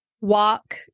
walk